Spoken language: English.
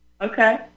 okay